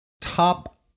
top